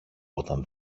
όταν